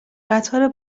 قطار